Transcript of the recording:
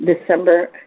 December